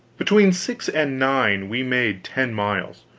between six and nine we made ten miles,